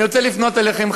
אני רוצה לפנות אליכם,